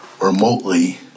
remotely